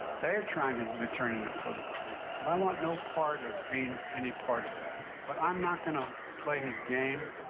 they are trying to but turn it into political theater. but i want no part of being any part of that. but i am not going to play his game.